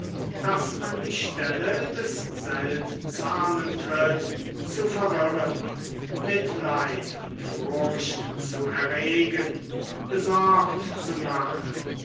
das an die stelle des seltsamen tritt zu verwirren mitleid und furcht zu erregen besorgt zu machen